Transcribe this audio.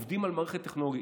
עובדים על מערכת טכנולוגית.